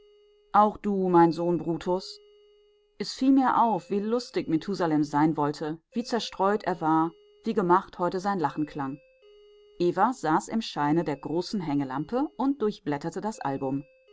auch du mein sohn brutus es fiel mir auf wie lustig methusalem sein wollte wie zerstreut er war wie gemacht heute sein lachen klang eva saß im scheine der großen hängelampe und durchblätterte das album